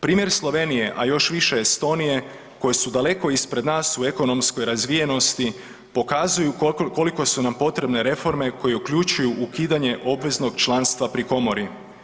Primjer Slovenije, a još više Estonije koje su daleko ispred nas u ekonomskoj razvijenosti pokazuju koliko su nam potrebne reforme koje uključuju ukidanje obveznog članstva pri komori.